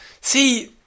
See